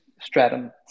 Stratum